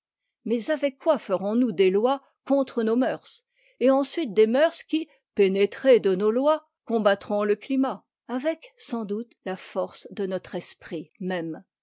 mais avec quoi ferons-nous des lois contre nos mœurs et ensuite des mœurs qui pénétrées de nos lois combattront le climat avec sans doute la force de notre esprit même